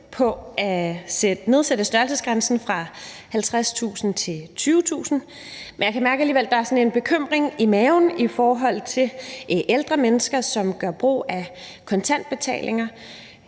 at nedsætte beløbsgrænsen fra 50.000 kr. til 20.000 kr., men jeg kan mærke, at der alligevel er sådan en bekymring i maven i forhold til ældre mennesker, som gør brug af kontantbetalinger.